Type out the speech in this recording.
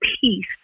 peace